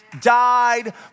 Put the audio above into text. died